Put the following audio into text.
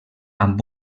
amb